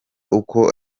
uko